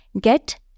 get